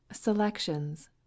Selections